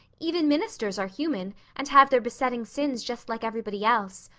even ministers are human and have their besetting sins just like everybody else.